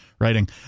writing